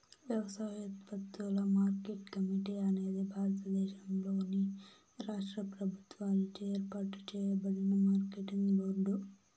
వ్యవసాయోత్పత్తుల market committee అనేది భారతదేశంలోని రాష్ట్ర ప్రభుత్వాలచే ఏర్పాటు చేయబడిన మార్కెటింగ్ బోర్డు